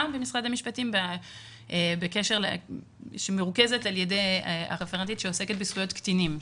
במשרד המשפטים שמרוכזת על ידי הרפרנטית שעוסקת בזכויות קטינים שם.